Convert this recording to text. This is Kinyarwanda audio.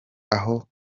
aho